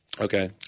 Okay